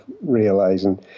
realising